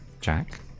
Jack